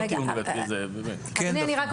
זה לא טיעון.